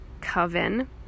coven